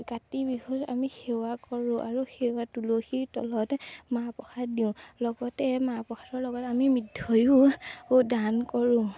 কাতি বিহুত আমি সেৱা কৰোঁ আৰু সেৱা তুলসীৰ তলত মাহ প্ৰসাদ দিওঁ লগতে মাহ প্ৰসাদৰ লগত আমি মিঠৈয়ো ও দান কৰোঁ